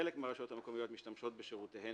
חלק מהרשויות המקומיות משתמשות בשירותיהן